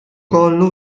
collo